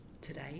today